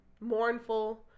mournful